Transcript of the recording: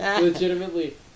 Legitimately